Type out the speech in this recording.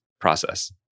process